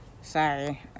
Sorry